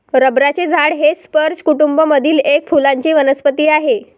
रबराचे झाड हे स्पर्ज कुटूंब मधील एक फुलांची वनस्पती आहे